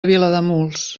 vilademuls